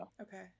Okay